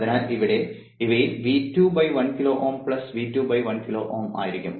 അതിനാൽ ഇവയിൽ V2 1 kilo Ω V2 1 kilo Ω ആയിരിക്കും